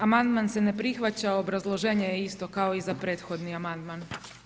Amandman se ne prihvaća, obrazloženje je isto kao i za prethodni amandman.